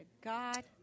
God